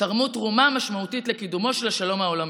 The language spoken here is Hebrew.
תרמו תרומה משמעותית לקידומו של השלום העולמי.